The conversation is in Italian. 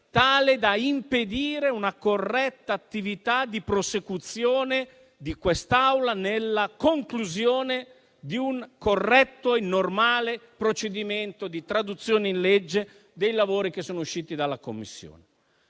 tale da impedire una corretta attività di prosecuzione di quest'Assemblea nella conclusione di un corretto e normale procedimento di traduzione in legge dei lavori che sono usciti dalla Commissione.